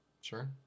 sure